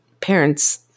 parents